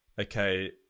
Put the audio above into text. okay